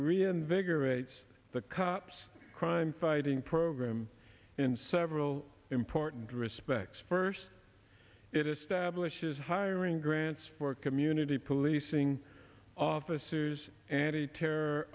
reinvigorates the cops crime fighting program in several important respects first it establishes hiring grants for community policing officers anti terror